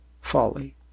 folly